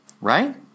Right